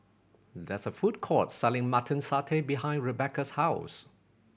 there is a food court selling Mutton Satay behind Rebecca's house